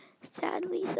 sadly